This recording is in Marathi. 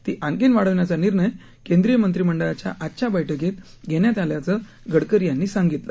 ती आणखी वाढविण्याचा निर्णय केंद्रीय मंत्रीमंडळाच्या आजच्या बैठकीत घेण्यात आल्याचे गडकरी यांनी सांगितले